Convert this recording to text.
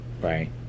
right